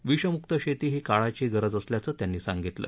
विषमुक्त शेती ही काळाची गरज असल्याचं त्यांनी सांगितलं